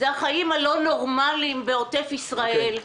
זה החיים הלא נורמליים בעוטף ישראל.